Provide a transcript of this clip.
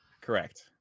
correct